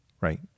right